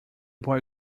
boy